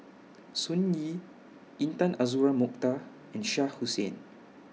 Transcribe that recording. Sun Yee Intan Azura Mokhtar and Shah Hussain